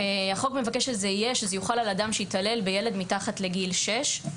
החוק מבקש שזה יוחל על אדם שהתעלל בילד מתחת לגיל שש.